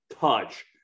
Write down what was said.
touch